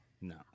No